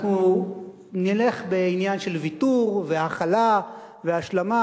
אנחנו נלך בעניין של ויתור והכלה והשלמה,